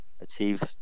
achieve